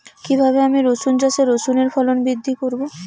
কীভাবে আমি রসুন চাষে রসুনের ফলন বৃদ্ধি করব?